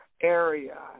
area